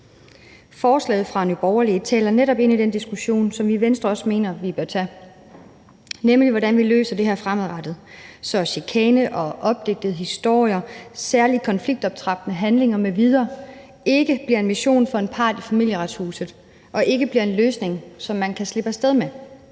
Forslaget fra Nye Borgerlige taler netop ind i den diskussion, som vi i Venstre også mener vi bør tage, nemlig hvordan vi løser det her fremadrettet, så chikane og opdigtede historier, særlig konfliktoptrappende handlinger m.v. ikke bliver en mission for en part i Familieretshuset og ikke bliver en løsning, som man kan slippe af sted med.